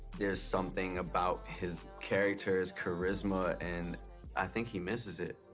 there's something about his character, his charisma, and i think he misses it.